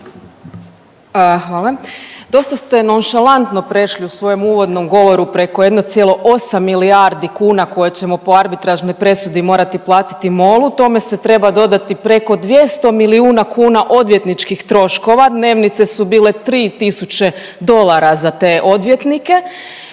Hvala. Dosta ste nonšalantno prešli u svojem uvodnom govoru preko 1,8 milijardi kuna koje ćemo po arbitražnoj presudi morati platiti MOL-u. Tome se treba dodati preko 200 milijuna kuna odvjetničkih troškova. Dnevnice su bile 3000 dolara za te odvjetnike.